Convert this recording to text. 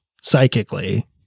psychically